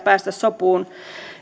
päästä sopuun